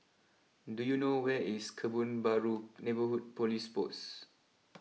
do you know where is Kebun Baru neighborhood police post